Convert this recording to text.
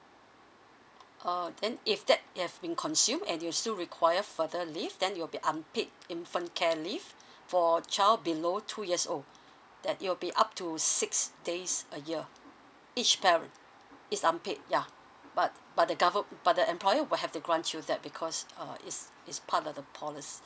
err then if that have been consumed and you still require further leave then it will be unpaid infant care leave for child below two years old that it will be up to six days a year each parent it's unpaid ya but but the govern but the employer will have to grant you that because uh is is part of the policy